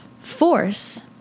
Force